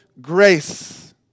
grace